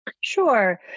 Sure